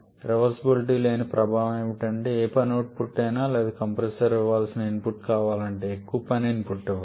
reversibility లేని ప్రభావం ఏమిటంటే ఏ పని అవుట్పుట్ అయినా లేదా కంప్రెసర్కు ఇవ్వాల్సిన ఇన్పుట్ కావాలంటే మనం ఎక్కువ పని ఇన్పుట్ ఇవ్వాలి